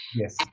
yes